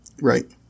Right